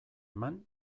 eman